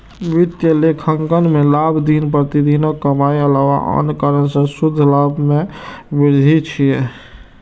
वित्तीय लेखांकन मे लाभ दिन प्रतिदिनक कमाइक अलावा आन कारण सं शुद्ध लाभ मे वृद्धि छियै